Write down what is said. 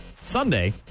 Sunday